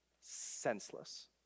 Senseless